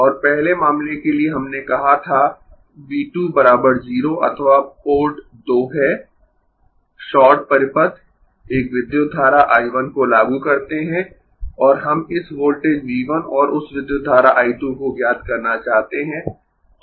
और पहले मामले के लिए हमने कहा था V 2 0 अथवा पोर्ट 2 है शॉर्ट परिपथ एक विद्युत धारा I 1 को लागू करते है और हम इस वोल्टेज V 1 और उस विद्युत धारा I 2 को ज्ञात करना चाहते है